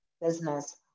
business